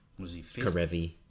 Karevi